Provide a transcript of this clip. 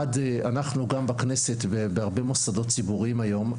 עד אנחנו גם בכנסת ובהרבה מוסדות ציבוריים היום,